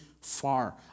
far